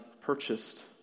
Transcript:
purchased